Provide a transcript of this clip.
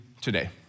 today